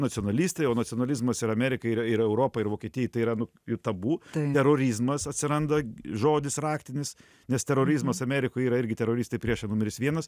nacionalistai o nacionalizmas ir amerikai yra ir europai ir vokietijai tai yra nu jų tabu terorizmas atsiranda žodis raktinis nes terorizmas amerikoj yra irgi teroristai priešai numeris vienas